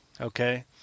okay